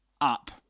up